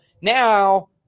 now